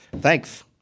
Thanks